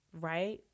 right